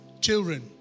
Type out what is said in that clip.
children